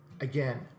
Again